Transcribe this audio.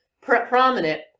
prominent